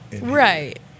Right